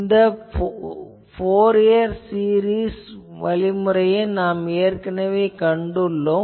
இந்த Fourier series வழிமுறையை ஏற்கனவே கண்டுள்ளோம்